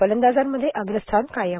फलंदाजांमध्ये अग्रस्थान कायम